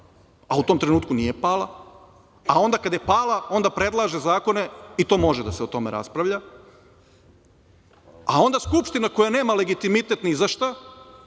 a u tom trenutku nije pala, a onda kad je pala onda predlaže zakone i o tome može da se raspravlja, a onda Skupština koja nema legitimitet ni za šta